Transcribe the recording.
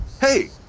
Hey